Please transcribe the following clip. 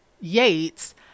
Yates